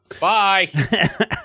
bye